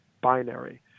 binary